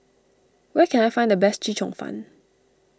where can I find the best Chee Cheong Fun